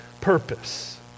purpose